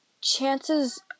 chances